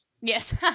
Yes